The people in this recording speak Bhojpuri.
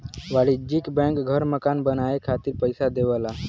वाणिज्यिक बैंक घर मकान बनाये खातिर पइसा देवला